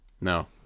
No